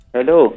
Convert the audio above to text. Hello